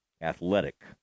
Athletic